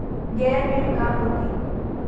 गैर ऋण का होथे?